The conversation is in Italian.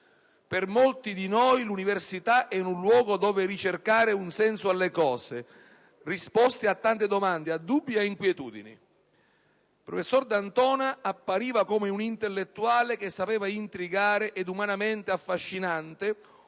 Per molti di noi l'università era un luogo dove cercare un senso alle cose, risposte a tante domande, a dubbi e a inquietudini. Il professor D'Antona appariva come un intellettuale che sapeva intrigare ed umanamente era affascinante, unendo